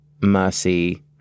mercy